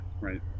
Right